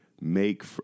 Make